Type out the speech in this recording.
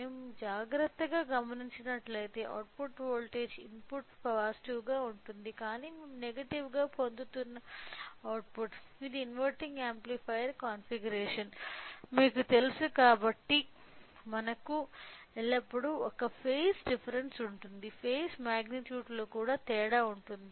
మేము జాగ్రత్తగా గమనించినట్లయితే అవుట్పుట్ వోల్టేజ్ ఇన్పుట్ పాజిటివ్ గా ఉంటుంది కానీ మేము నెగటివ్ గా పొందుతున్న అవుట్పుట్ ఇది ఇన్వెర్టింగ్ యాంప్లిఫైయర్ కాన్ఫిగరేషన్ మీకు తెలుసు కాబట్టి మనకు ఎల్లప్పుడూ ఒక ఫేజ్ డిఫరెన్స్ ఉంటుంది ఫేజ్ మాగ్నిట్యూడ్ లో తేడా ఉంటుంది